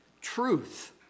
truth